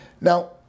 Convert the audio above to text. Now